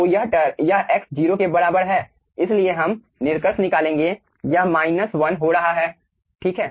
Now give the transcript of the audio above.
तो यह x 0 के बराबर है इसलिए हम निष्कर्ष निकालेंगे यह माइनस 1 हो रहा है ठीक